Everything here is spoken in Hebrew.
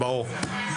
ברור.